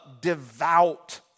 devout